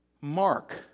mark